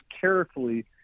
carefully